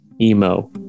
emo